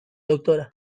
doctora